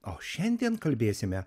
o šiandien kalbėsime